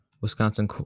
Wisconsin